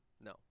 No